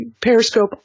Periscope